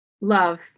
love